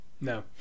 no